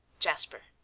jasper,